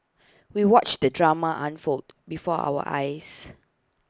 we watched the drama unfold before our eyes